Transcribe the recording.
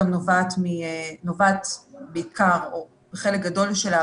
גם נובע בעיקר או בחלק גדול שלו